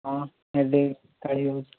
ହଁ ଏବେ ତିଆରି ହଉ